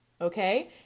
okay